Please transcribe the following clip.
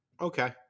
Okay